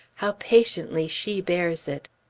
how patiently she bears it!